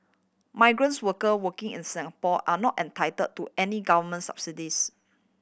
migrants worker working in Singapore are not entitle to any Government subsidies